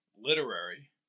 literary